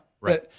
right